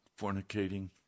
fornicating